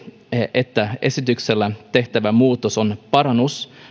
että esityksellä tehtävä muutos on parannus